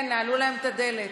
כן, נעלו להם את הדלת.